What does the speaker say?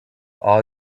all